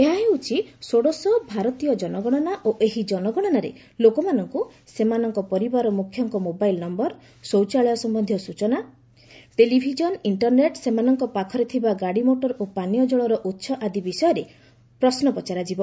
ଏହା ହେଉଛି ଷୋଡଶ ଷଭାରତୀୟ ଜନଗଣନା ଓ ଏହି ଜନଗଣନାରେ ଲୋକମାନଙ୍କୁ ସେମାନଙ୍କର ପରିବାର ମୁଖ୍ୟଙ୍କ ମୋବାଇଲ୍ ନୟର ଶୌଚାଳୟ ସମ୍ଭନ୍ଧୀୟ ସୂଚନା ଟେଲିଭିଜନ ଇଣ୍ଟରନେଟ୍ ସେମାନଙ୍କ ପାଖରେ ଥିବା ଗାଡ଼ିମୋଟର ଓ ପାନୀୟଜଳର ଉତ୍ସ ଆଦି ବିଷୟ ଉପରେ ପ୍ରଶ୍ନ ପଚରାଯିବ